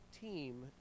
team